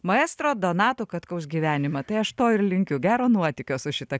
maestro donato katkaus gyvenimą tai aš to ir linkiu gero nuotykio su šita